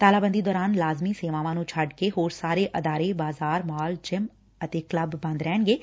ਤਾਲਾਬੰਦੀ ਦੌਰਾਨ ਲਾਜ਼ਮੀ ਸੇਵਾਵਾਂ ਨੂੰ ਛੱਡ ਕੇ ਹੋਰ ਸਾਰੇ ਅਦਾਰੇ ਬਾਜ਼ਾਰ ਮਾਲ ਜਿਮ ਅਤੇ ਕਲੱਬ ਬੰਦ ਰਹਿਣਗੇ